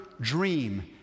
dream